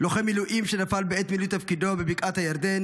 לוחם מילואים שנפל בעת מילוי תפקידו בבקעת הירדן